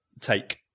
take